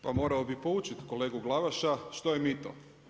Pa morao bi uputiti kolegu Glavaša što je mito.